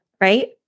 Right